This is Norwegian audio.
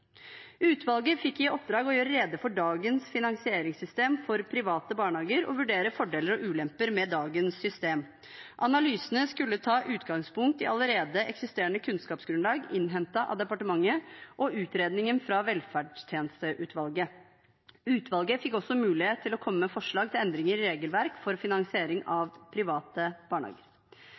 Utvalget fikk i oppdrag å gjøre rede for dagens finansieringssystem for private barnehager og vurdere fordeler og ulemper med dagens system. Analysene skulle ta utgangspunkt i det allerede eksisterende kunnskapsgrunnlaget innhentet av departementet og utredningen fra velferdstjenesteutvalget. Utvalget fikk også mulighet til å komme med forslag til endringer i regelverk for finansiering av private barnehager.